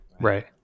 right